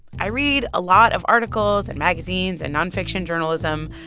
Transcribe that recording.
i read a lot of articles and magazines and nonfiction journalism,